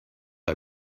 are